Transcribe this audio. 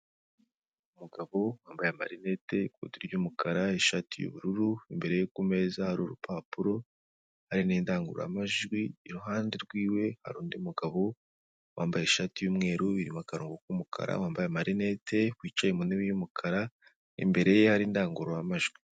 Umugabo wambaye amarineti, ikoti ry'umukara, ishati y'ubururu, imbere kumeza hari urupapuro, hari n'indangururamajwi, iruhande rw'iwe hari undi mugabo, wambaye ishati y'umweru, irimo akarongo k'umukara, wambaye amarinete, wicaye ku ntebe y'umukara, imbere ye hari indangururamajwi.